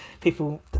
people